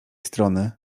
strony